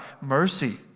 mercy